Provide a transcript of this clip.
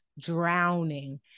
drowning